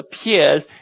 appears